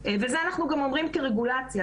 את זה אנחנו גם אומרים כרגולציה.